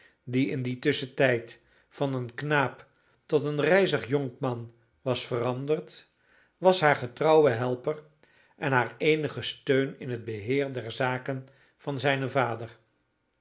die in dien tusschentijd van een knaap tot een rijzig jonkman was veranderd was haar getrouwe helper en haar eenige steun in het beheer der zaken van zijnen vader